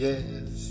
Yes